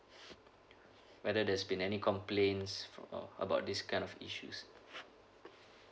whether there's been any complaints from uh about these kind of issues